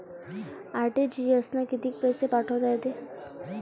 RTGS न कितीक पैसे पाठवता येते?